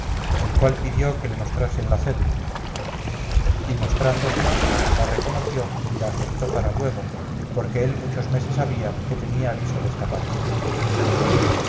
el cual pidió que le mostrasen la cédula y mostrándosela la reconoció y la aceptó para luego porque él muchos meses había que tenía aviso desta partida